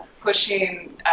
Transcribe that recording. pushing